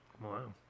Wow